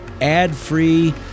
ad-free